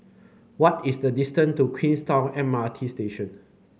what is the distant to Queenstown M R T Station